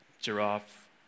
giraffe